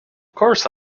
course